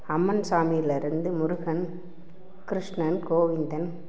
அம்மன் சாமியிலருந்து முருகன் கிருஷ்ணன் கோவிந்தன்